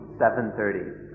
7.30